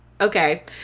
Okay